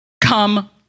come